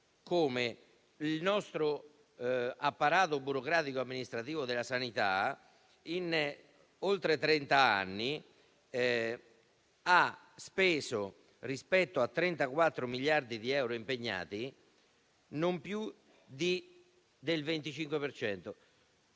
come l'apparato burocratico amministrativo della nostra sanità in oltre trenta anni ha speso, rispetto a 34 miliardi di euro impegnati, non più del 25